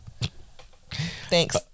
Thanks